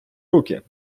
руки